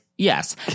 Yes